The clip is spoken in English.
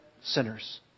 sinners